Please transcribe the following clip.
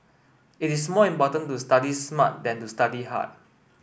it is more important to study smart than to study hard